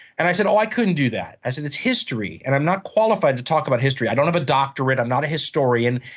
and i said i couldn't do that. i said it's history, and i'm not qualified to talk about history. i don't have a doctorate, i'm not a historian.